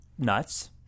nuts